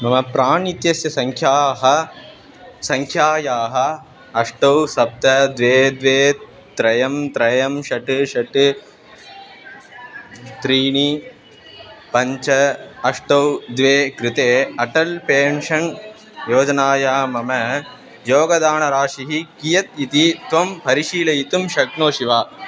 मम प्राण् इत्यस्य सङ्ख्याः संख्यायाः अष्ट सप्त द्वे द्वे त्रीणि त्रीणि षट् षट् त्रीणि पञ्च अष्ट द्वे कृते अटल् पेन्शन् योजनायां मम योगदानराशिः कियत् इति त्वं परिशीलयितुं शक्नोषि वा